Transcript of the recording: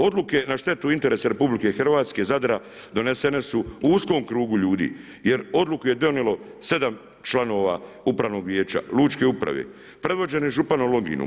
Odluke na štetu interesa Republike Hrvatske, Zadra, donesene su u uskom krugu ljudi, jer odluku je donijelo 7 članova Upravnog vijeća Lučke uprave predvođene županom LoNginom.